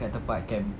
kat tempat camp